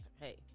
hey